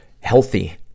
healthy